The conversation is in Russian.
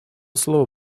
слово